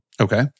Okay